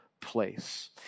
place